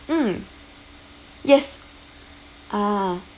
mm yes ah